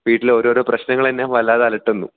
വീട്ടിലെ ഓരോരോ പ്രശ്നങ്ങൾ എന്നെ വല്ലാതലട്ടുന്നു